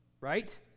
right